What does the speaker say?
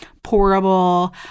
pourable